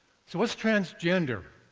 so, what is transgender?